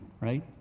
right